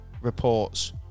reports